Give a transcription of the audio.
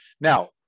Now